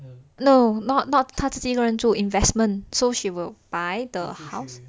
no not not 他自己一个人住 investment so she will buy the house